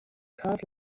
carved